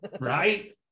Right